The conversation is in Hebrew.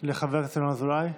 לחבר הכנסת ינון אזולאי.